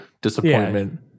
disappointment